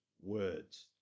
words